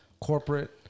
corporate